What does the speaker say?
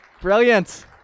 Brilliant